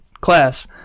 class